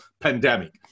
pandemic